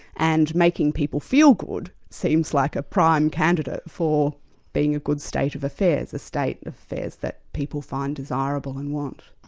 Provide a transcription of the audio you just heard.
and making people feel good seems like a prime candidate for being a good state of affairs, a state of affairs that people find desirable and want.